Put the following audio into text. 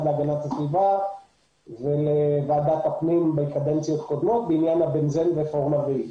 להגנת הסביבה ולוועדת הפנים בעניין ה-בנזן ופורמלדהיד.